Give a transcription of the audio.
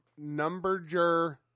Numberger